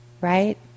right